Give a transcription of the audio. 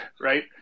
right